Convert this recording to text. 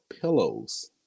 pillows